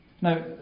Now